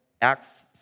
Acts